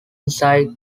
inside